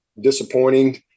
disappointing